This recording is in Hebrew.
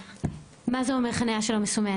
מה זה אומר חניה של מסומנת?